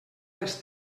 les